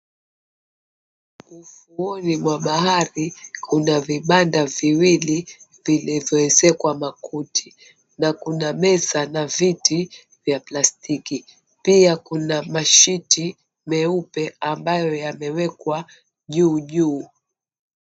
Ufuoni mwa bahari kuna vibanda viwili vilivyoezekwa makuti na kuna meza na viti za plastiki, pia kuna mashiti meupe ambayo yamewekwa juujuu.